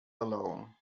alone